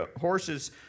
horses